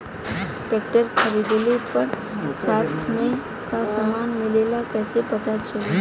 Tractor खरीदले पर साथ में का समान मिलेला कईसे पता चली?